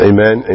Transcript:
Amen